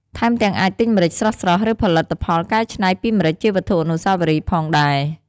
ថែមទាំងអាចទិញម្រេចស្រស់ៗ ឬផលិតផលកែច្នៃពីម្រេចជាវត្ថុអនុស្សាវរីយ៍ផងដែរ។